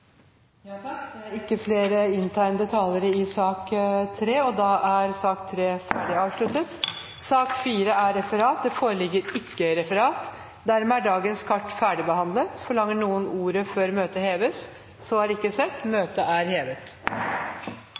er debatten i sak nr. 3 avsluttet. Det foreligger ikke noe referat. Dermed er dagens kart ferdigbehandlet. Forlanger noen ordet før møtet heves? Så er ikke skjedd. – Møtet er hevet.